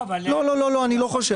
לא, לא, אני לא חושב.